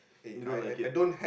you don't like it